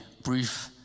brief